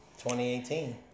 2018